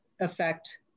affect